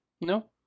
no